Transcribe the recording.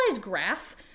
graph